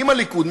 עם הליכוד,